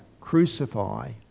crucify